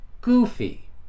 goofy